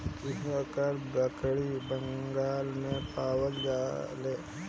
कृष्णकाय बकरी बंगाल में पावल जाले